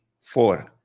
four